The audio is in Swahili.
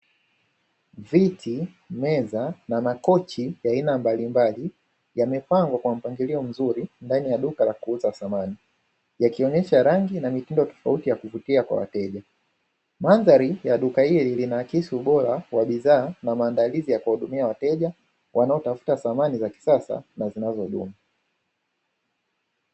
Viti, meza, na makochi ya aina mbalimbali yamepangwa kwa mpangilio mzuri ndani ya duka la kuuza samani yakionesha rangi na mitindo tofauti ya kuvutia kwa wateja. Mandhari ya duka hili linaakisi ubora wa bidhaa na maandalizi ya kuwahudumia wateja wanaotafuta samani za kisasa na zinazodumu